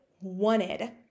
wanted